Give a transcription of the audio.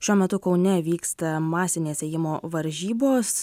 šiuo metu kaune vyksta masinės ėjimo varžybos